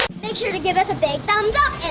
make sure to give us a big thumbs up